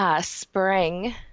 Spring